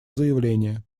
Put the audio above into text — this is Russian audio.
заявления